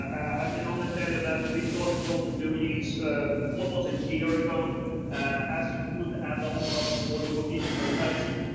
i can only tell you that we started to talk to blue jeans almost a year ago as a good add-on to our portfolio for videoconferencing.